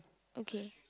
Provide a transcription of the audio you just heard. okay